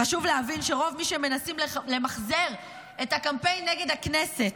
חשוב להבין שרוב אלה שמנסים למחזר את הקמפיין נגד הכנסת,